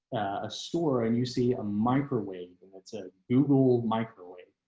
a store and you see a microwave and it's a google microwave,